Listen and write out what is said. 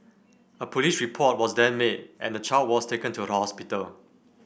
a police report was then made and the child was taken to the hospital